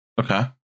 Okay